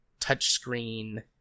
touchscreen